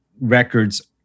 records